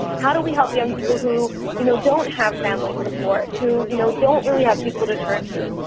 how do we help young people who you know don't have family support, who you know don't really have people to turn to,